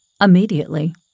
Immediately